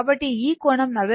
కాబట్టి ఈ కోణం 40